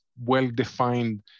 well-defined